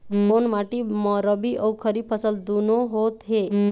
कोन माटी म रबी अऊ खरीफ फसल दूनों होत हे?